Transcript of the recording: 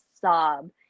sob